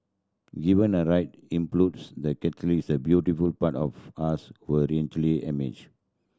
given the right the catalyst the beautiful part of us will emerge